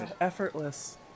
Effortless